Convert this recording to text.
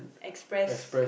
express